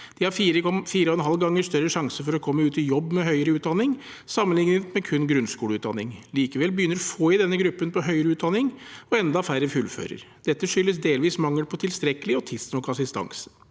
De har 4,5 ganger større sjanse for å komme ut i jobb med høyere utdanning enn med kun grunnskoleutdanning. Likevel begynner få i denne gruppen på høyere utdanning, og enda færre fullfører. Dette skyldes delvis mangel på tilstrekkelig og tidsnok assistanse.